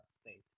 state